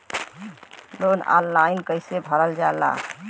Loan online कइसे भरल जाला?